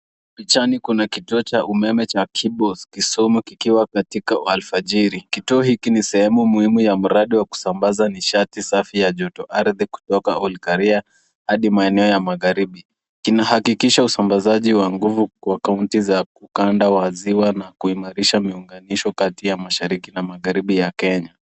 Pichani kuna kituo cha umeme cha Kisumu kikiwa ni alfajri. Kituo hiki ni sehemu muhimu ya mradi wa kusambaza nishatii safi ya jotoardhi kutoka Olkaria hadi maeneo ya magharibi. Kinahakikisha usambazaji kwa kaunti za Buganda, waziwa na kuimarisha miunganisho kati ya mashariki na magharibi ya Kenya.